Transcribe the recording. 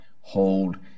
hold